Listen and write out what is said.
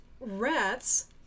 Rats